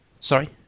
sorry